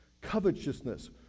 Covetousness